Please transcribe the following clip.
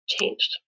changed